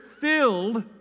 filled